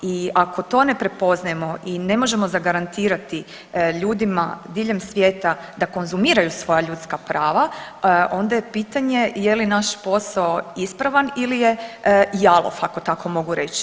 I ako to ne prepoznajemo i ne možemo zagarantirati ljudima diljem svijeta da konzumiraju svoja ljudska prava onda je pitanje je li naš posao ispravan ili je jalov ako tako mogu reći.